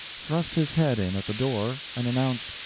thrust his head in at the door, and announced,